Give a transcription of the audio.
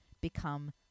become